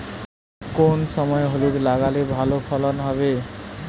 কোন সময় হলুদ লাগালে ভালো ফলন হবে?